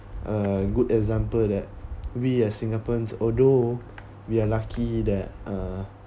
uh good example that we as singaporeans although we are lucky that uh